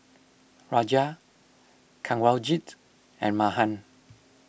Raja Kanwaljit and Mahan